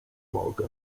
mogę